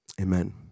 Amen